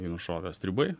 jį nušovė stribai